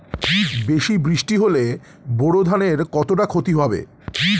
বেশি বৃষ্টি হলে বোরো ধানের কতটা খতি হবে?